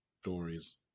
stories